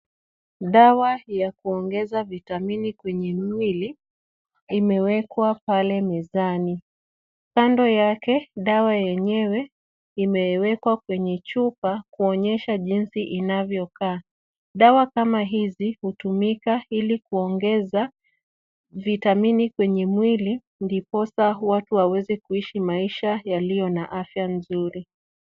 Dawa ya kuongeza vitamini kwenye mwili imewekwa pale mezani. Kando yake dawa yenyewe imewekwa kwenye chupa kuonyesha jinsi inavyokaa. Dawa kama hizi hutumika ili kuongeza vitamini kwenye mwili ndiposa watu waweze kuishi maisha yaliyo na afya nzuri.